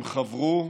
הם חברו,